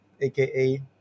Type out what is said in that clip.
aka